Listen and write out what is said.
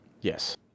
Yes